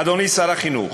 אדוני שר החינוך,